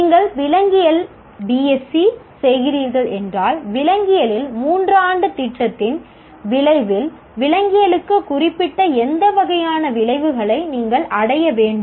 நீங்கள் விலங்கியலில் பிஎஸ்சி செய்கிறீர்கள் என்றால் விலங்கியலில் 3 ஆண்டு திட்டத்தின் விளைவில் விலங்கியலுக்கு குறிப்பிட்ட எந்த வகையான விளைவுகளை நீங்கள் அடைய வேண்டும்